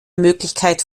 möglichkeit